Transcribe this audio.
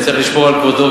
צריך לשמור על כבודו,